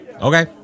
Okay